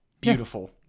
beautiful